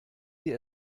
sie